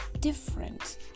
different